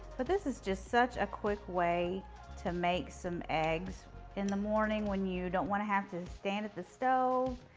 but this is just such a quick way to make some eggs in the morning when you don't want to have to stand at the stove.